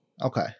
Okay